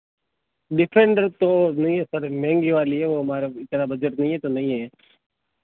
Defender तो नहीं है सर महँगी वाली है वह हमारा इतना बजट नहीं है तो नहीं है